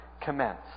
commence